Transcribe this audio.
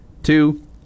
two